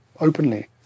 openly